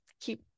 keep